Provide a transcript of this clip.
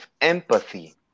empathy